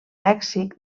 lèxic